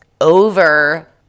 over